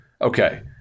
Okay